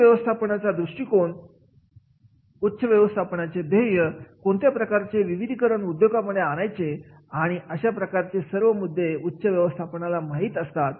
उच्च व्यवस्थापनाचा दृष्टिकोन उच्च व्यवस्थापनाचे ध्येय कोणत्या प्रकारचे विविधीकरण उद्योगांमध्ये आणायचे आणि अशा प्रकारचे सर्व मुद्दे उच्च व्यवस्थापनाला माहित असतात